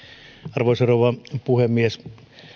arvoisa rouva puhemies